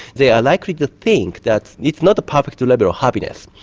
they are likely to think that it's not a perfect level of happiness.